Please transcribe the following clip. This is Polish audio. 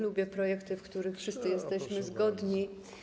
Lubię projekty, co do których wszyscy jesteśmy zgodni.